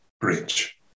Bridge